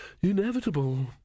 inevitable